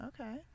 Okay